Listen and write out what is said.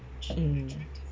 mm